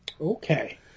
Okay